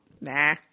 Nah